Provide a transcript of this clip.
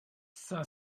cinq